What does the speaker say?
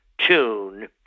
tune